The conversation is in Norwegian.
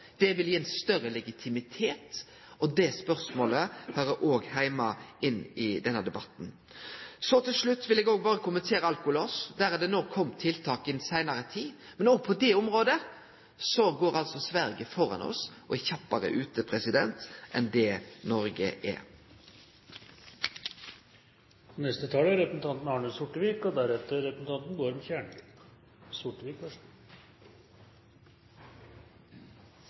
Det vil gi ein større legitimitet, og det spørsmålet høyrer òg heime i denne debatten. Så til slutt vil eg òg berre kommentere dette med alkolås. Der er det no kome tiltak i den seinare tida. Men òg på det området går altså Sverige framfor oss og er kjappare ute enn det Noreg er.